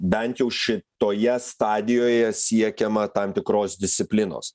bent jau šitoje stadijoje siekiama tam tikros disciplinos